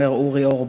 אומר אורי אורבך,